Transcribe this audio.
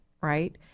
Right